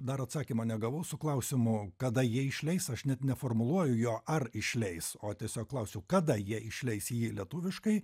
dar atsakymo negavau su klausimu kada jie išleis aš net neformuluoju jo ar išleis o tiesiog klausiau kada jie išleis jį lietuviškai